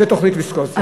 זו תוכנית ויסקונסין.